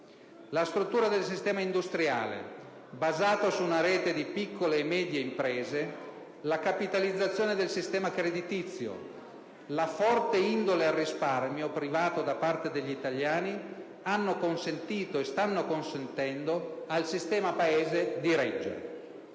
La struttura del sistema industriale, basato su una rete di piccole e medie imprese, la capitalizzazione del sistema creditizio, la forte indole al risparmio privato da parte degli italiani hanno consentito e stanno consentendo al sistema Paese di reggere.